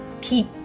keep